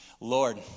Lord